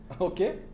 Okay